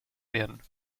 werden